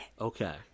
Okay